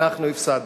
אנחנו הפסדנו.